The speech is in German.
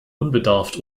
unbedarft